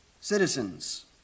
citizens